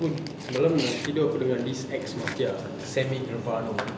aku semalam nak tidur dengan this ex mafia send me to